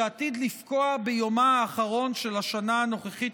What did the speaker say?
שעתיד לפקוע ביומה האחרון של השנה הנוכחית,